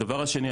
הדבר השני,